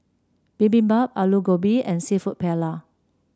Bibimbap Alu Gobi and seafood Paella